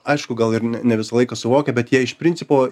aišku gal ir ne ne visą laiką suvokia bet jie iš principo